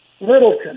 Littleton